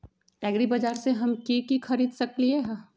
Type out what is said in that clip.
एग्रीबाजार से हम की की खरीद सकलियै ह?